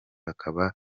bakaba